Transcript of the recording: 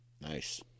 Nice